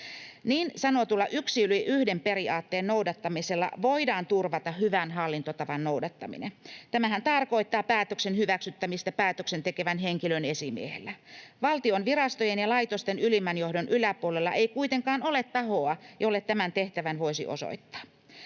Niin sanotun yksi yli yhden -periaatteen noudattamisella voidaan turvata hyvän hallintotavan noudattaminen. Tämähän tarkoittaa päätöksen hyväksyttämistä päätöksen tekevän henkilön esimiehellä. Valtion virastojen ja laitosten ylimmän johdon yläpuolella ei kuitenkaan ole tahoa, jolle tämän tehtävän voisi osoittaa.